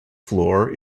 floor